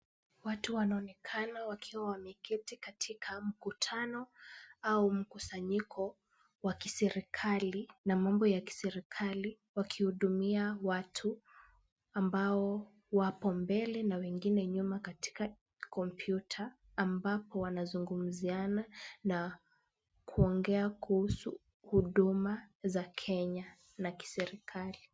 Watu wanaonekana wakiwa wameketi katika mkutano au mkusanyiko wa kiserikali na mambo ya kiserikali wakihudumia watu ambao wako mbele na wengine nyuma katika kompyuta, ambapo wanazungumziana na kuongea kuhusu huduma za Kenya na kiserikali.